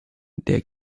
der